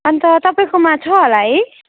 अन्त तपाईँकोमा छ होला है